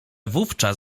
wówczas